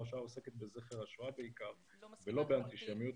השואה עוסקת בעיקר בזכר השואה ולא באנטישמיות.